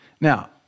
Now